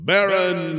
Baron